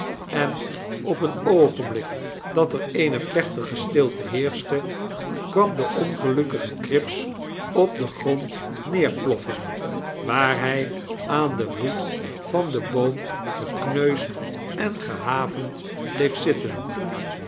en op een oogenblik dat er eene plechtige stilte heerschte kwam de ongelukkige cripps op den grond neerploffen waar hy aan den voet van den boom gekneusd en gehavend bleef zitten